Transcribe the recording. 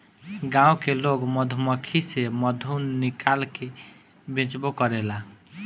गाँव के लोग मधुमक्खी से मधु निकाल के बेचबो करेला